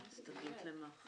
הסתגלות למה?